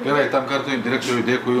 gerai tam kartui direktoriui dėkui